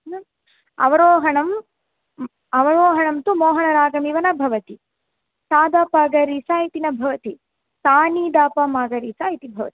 अवरोहणम् म् अवरोहणं तु मोहनरागमिव न भवति साधपगरेसा इति न भवति सानिधपमगरेसा इति भवति